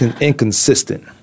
inconsistent